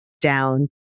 down